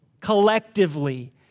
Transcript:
collectively